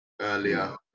earlier